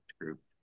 group